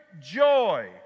joy